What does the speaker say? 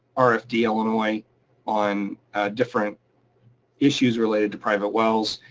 ah rfd illinois on different issues related to private wells,